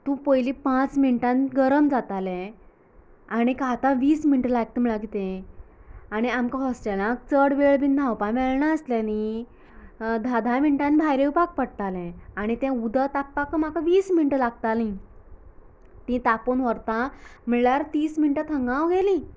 तूं पयलीं पांच मिनटांनी गरम जातालें आनीक आता वीस मिनटां लागता म्हळ्यार कितें आनी आमकां हॉस्टेलांत चड वेळ बी न्हांवपाक मेळनासलें न्ही धा धा मिनटांनी भायर येवपाक पडटालें आनी तें उदक तापपाक म्हाका वीस मिनटां लागतालीं ती तापोवन व्हरता म्हळयार तीस मिनटां हांगाच गेली